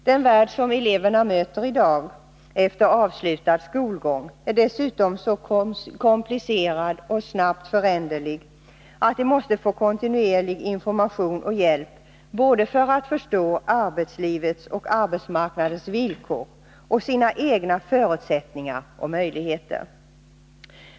Den värld som eleverna i dag möter efter avslutad skolgång är dessutom så komplicerad och snabbt föränderlig, att de måste få kontinuerlig information och hjälp för att förstå både arbetslivets och arbetsmarknadens villkor och sina egna förutsättningar och möjligheter.